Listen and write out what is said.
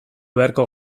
beharko